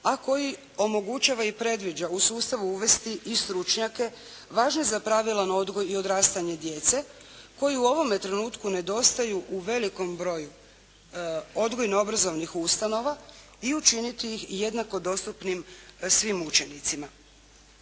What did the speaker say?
a koji omogućava i predviđa u sustavu uvesti i stručnjake važne za pravilan odgoj i odrastanje djece, koji u ovome trenutku nedostaju u velikom broju odgojno-obrazovnih ustanova i učiniti ih jednako dostupnim svim učenicima.